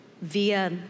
via